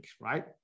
right